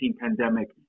pandemic